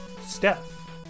Steph